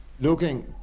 Looking